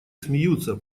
смеются